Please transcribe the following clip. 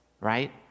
right